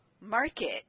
market